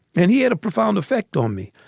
and he had a profound effect on me.